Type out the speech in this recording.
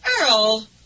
Earl